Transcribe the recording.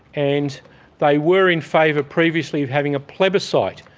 and they were in favour previously of having a plebiscite.